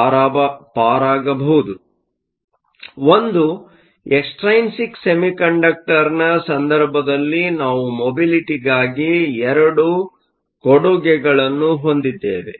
ಆದ್ದರಿಂದ ಒಂದು ಎಕ್ಸ್ಟೈನ್ಸಿಕ್ ಸೆಮಿಕಂಡಕ್ಟರ್ನ ಸಂದರ್ಭದಲ್ಲಿ ನಾವು ಮೊಬಿಲಿಟಿಗಾಗಿ ಎರಡು ಕೊಡುಗೆಗಳನ್ನು ಹೊಂದಿದ್ದೇವೆ